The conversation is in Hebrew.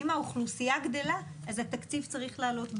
ואם האוכלוסייה גדלה אז התקציב צריך לעלות בהתאמה.